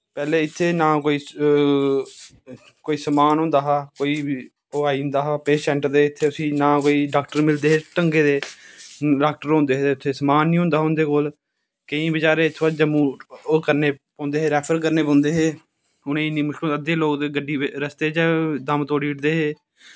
पैह्लें इत्थें ना कोई कोई समान होंदा हा कोई ओह् आई जंदा हा पेशैंट ते इत्थें उसी ना कोई डाक्टर मिलदे हे ढंगे दे डाक्टर होंदाे हे ते उत्थें समान नाी होंदा हा उंदे कोल केंई बचैरे इत्थुआं जम्मू ओह करने पौंदे हे रैफर करने पौंदे हे उनें इन्नी मुश्कल अध्दे लोग ते गड्डी बिच्च रस्तेै च गै दम्म तोड़ी ओड़दे हे